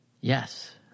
Yes